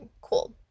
cool